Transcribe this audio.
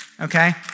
okay